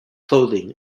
clothing